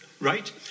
right